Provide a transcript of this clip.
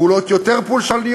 ופעולות יותר פולשניות,